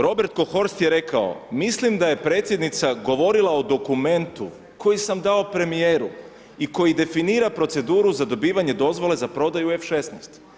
Robert Kohorst je rekao, mislim da je predsjednica govorila o dokumentu koji sam dao premijeru i koji definira proceduru za dobivanje dozvole za prodaju F16.